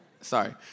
Sorry